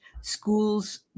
schools